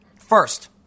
First